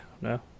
No